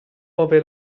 ove